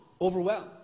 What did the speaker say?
overwhelmed